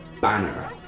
banner